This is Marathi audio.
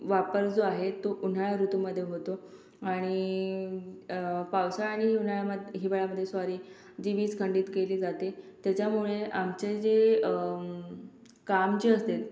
वापर जो आहे तो उन्हाळा ऋतूमध्ये होतो आणि पावसाळा आणि उन्हाळ्यामध हिवाळ्यामध्ये सॉरी जी वीज खंडित केली जाते त्याच्यामुळे आमचे जे काम जे असेल